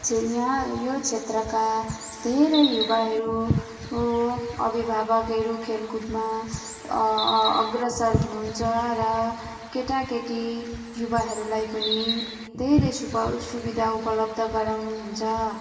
क्षे यहाँ यो क्षेत्रका धेरै युवाहरू हो अभिभावकहरू खेलकुदमा अग्रसर हुनु हुन्छ र केटा केटी युवाहरूलाई पनि त्यही रेसुपा सुविधा उपलब्ध गराउनु हुन्छ